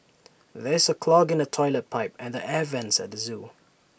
there is A clog in the Toilet Pipe and the air Vents at the Zoo